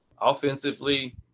Offensively